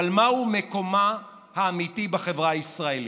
אבל מהו מקומה האמיתי בחברה הישראלית?